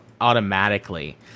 automatically